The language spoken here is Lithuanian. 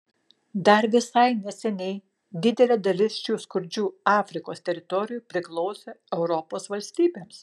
dar visai neseniai didelė dalis šių skurdžių afrikos teritorijų priklausė europos valstybėms